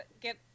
Get